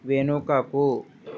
వెనుకకు